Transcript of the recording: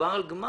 הוא בעל גמ"ח.